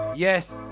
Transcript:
Yes